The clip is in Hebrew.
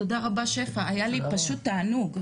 תודה רבה, שפע, היה לי פשוט תענוג.